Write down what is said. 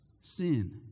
sin